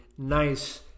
nice